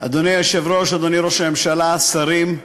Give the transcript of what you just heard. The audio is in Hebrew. אדוני היושב-ראש, אדוני ראש הממשלה, שרים,